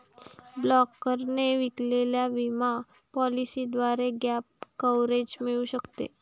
ब्रोकरने विकलेल्या विमा पॉलिसीद्वारे गॅप कव्हरेज मिळू शकते